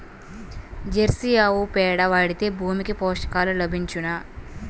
Jersey ఆవు పేడ వాడితే భూమికి పోషకాలు లభించునా?